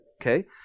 okay